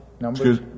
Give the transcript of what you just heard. numbers